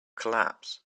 collapse